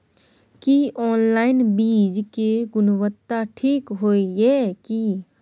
की online बीज के गुणवत्ता ठीक होय ये की?